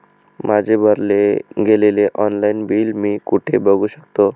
माझे भरले गेलेले ऑनलाईन बिल मी कुठे बघू शकतो?